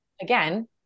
again